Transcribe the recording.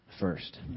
first